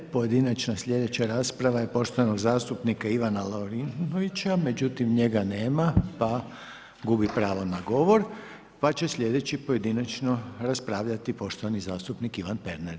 Pojedinačna slijedeća rasprava je poštovanog zastupnika Ivana Lovrinovića, međutim njega nema pa gubi pravo na govor, pa će slijedeći pojedinačno raspravljati poštovani zastupnik Ivan Pernar.